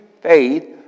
faith